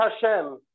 Hashem